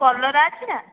କଲରା ଅଛି ନା